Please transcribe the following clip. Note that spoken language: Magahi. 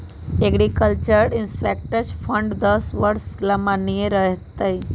एग्रीकल्चर इंफ्रास्ट्रक्चर फंड दस वर्ष ला माननीय रह तय